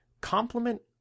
complement